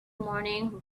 morning